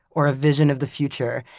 or ah vision of the future.